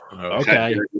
okay